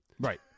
Right